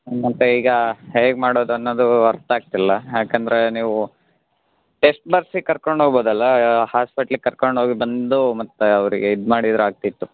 ಮತ್ತೆ ಈಗ ಹೇಗೆ ಮಾಡೋದು ಅನ್ನೋದು ಅರ್ಥ ಆಗ್ತಿಲ್ಲ ಏಕೆಂದರೆ ನೀವು ಟೆಸ್ಟ್ ಬರೆಸಿ ಕರ್ಕೊಂಡು ಹೋಗ್ಬೋದಲ್ಲ ಹಾಸ್ಪೆಟ್ಲಿಗೆ ಕರ್ಕೊಂಡೋಗ್ಬಂದು ಮತ್ತೆ ಅವರಿಗೆ ಇದು ಮಾಡಿದರಾಗ್ತಿತ್ತು